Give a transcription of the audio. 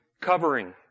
covering